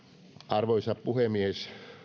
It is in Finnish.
arvoisa puhemies